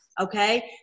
Okay